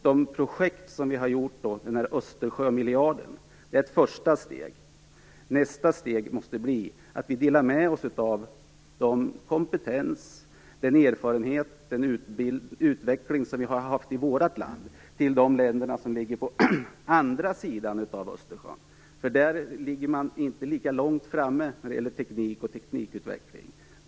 De projekt som vi har gjort med Östersjömiljarden är ett fösta steg. Nästa steg måste bli att vi delar med oss av den kompetens, erfarenhet och utveckling som vi har haft i vårt land till de länder som ligger på andra sidan av Östersjön. Där ligger man inte lika långt framme när det gäller teknik och teknikutveckling.